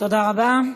תודה רבה.